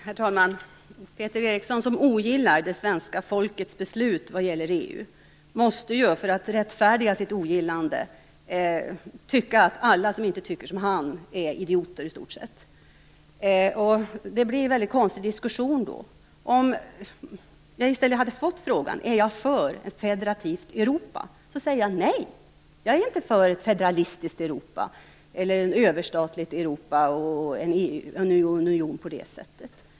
Herr talman! Peter Eriksson, som ogillar svenska folkets beslut om EU, måste för att rättfärdiga sitt ogillande anse att alla som inte tycker som han är idioter. Det blir då en konstig diskussion. Om jag i stället hade fått frågan om jag är för ett federativt Europa, skulle jag säga: "Nej, jag är inte för ett federalistiskt Europa eller ett överstatligt Europa!"